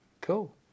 Cool